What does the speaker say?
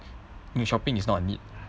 shopping is not a need